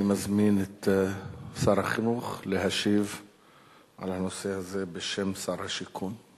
אני מזמין את שר החינוך להשיב על הנושא הזה בשם שר השיכון.